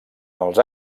els